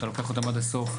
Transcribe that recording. אתה לוקח אותם עד הסוף.